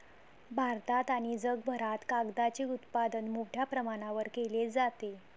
भारतात आणि जगभरात कागदाचे उत्पादन मोठ्या प्रमाणावर केले जाते